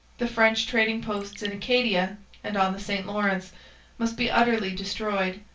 the french trading-posts in acadia and on the st lawrence must be utterly destroyed.